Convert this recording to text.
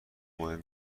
مهم